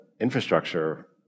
infrastructure